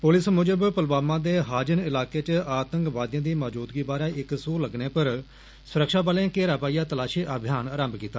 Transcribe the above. police मुजब पुलवामा दे हाजन इलाके च आतंकवादिएं दी मौजुदगी बारै इक सूह् लग्गने पर सुरक्षा बलें घेरा पाइयै तलाशी अभियान रम्म कीता